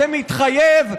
זה מתחייב,